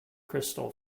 crystal